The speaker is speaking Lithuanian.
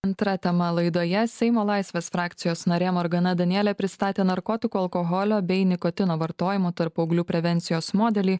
antra tema laidoje seimo laisvės frakcijos narė morgana danielė pristatė narkotikų alkoholio bei nikotino vartojimo tarp paauglių prevencijos modelį